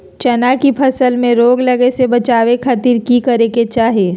चना की फसल में रोग लगे से बचावे खातिर की करे के चाही?